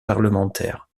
parlementaire